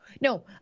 no